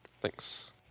Thanks